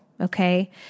Okay